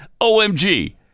OMG